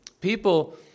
people